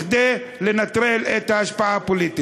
כדי לנטרל את ההשפעה הפוליטית.